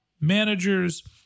managers